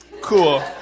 cool